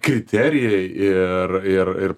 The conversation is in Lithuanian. kriterijai ir ir